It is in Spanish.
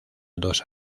dos